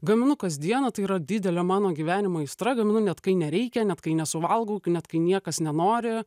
gaminu kas dieną tai yra didelė mano gyvenimo aistra gaminu net kai nereikia net kai nesuvalgau net kai niekas nenori